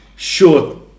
Sure